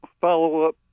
follow-up